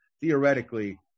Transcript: theoretically